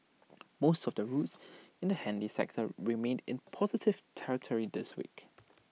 most of the routes in the handy sector remained in positive territory this week